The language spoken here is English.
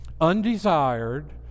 undesired